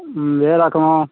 ఏ రకము